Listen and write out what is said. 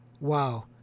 Wow